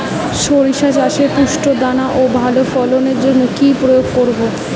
শরিষা চাষে পুষ্ট দানা ও ভালো ফলনের জন্য কি প্রয়োগ করব?